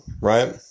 right